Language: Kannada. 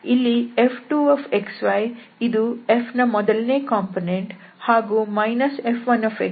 ಇಲ್ಲಿ F2xy ಇದು F ನ ಮೊದಲನೇ ಕಂಪೋನೆಂಟ್ ಹಾಗೂ F1xyಇದು F ನ ಎರಡನೇ ಕಂಪೋನೆಂಟ್